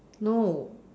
no